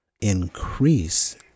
increase